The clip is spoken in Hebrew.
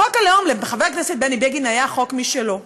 בחוק הלאום, לחבר הכנסת בני בגין היה חוק משלו.